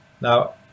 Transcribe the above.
Now